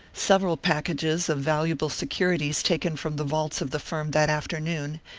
several packages of valuable securities taken from the vaults of the firm that afternoon,